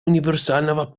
универсального